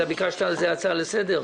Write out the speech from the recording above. אתה ביקשת על זה הצעה לסדר?